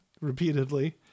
repeatedly